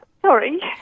sorry